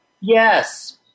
Yes